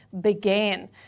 began